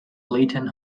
latent